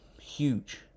Huge